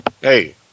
hey